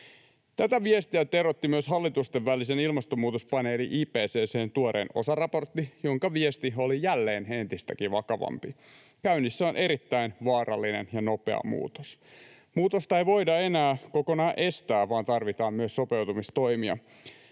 Tätä viestiä teroitti myös hallitustenvälisen ilmastonmuutospaneelin IPCC:n tuorein osaraportti, jonka viesti oli jälleen entistäkin vakavampi: Käynnissä on erittäin vaarallinen ja nopea muutos. Muutosta ei voida enää kokonaan estää, vaan tarvitaan myös sopeutumistoimia.